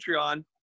Patreon